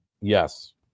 Yes